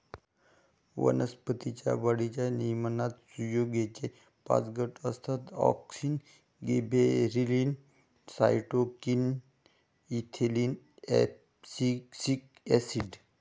वनस्पतीं च्या वाढीच्या नियमनात संयुगेचे पाच गट असतातः auxin, gibberellin, cytokinin, ethylene, abscisic acid